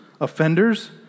offenders